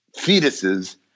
fetuses